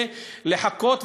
ולחכות.